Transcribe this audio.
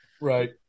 Right